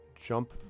Jump